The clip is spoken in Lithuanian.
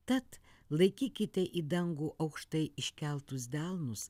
tad laikykite į dangų aukštai iškeltus delnus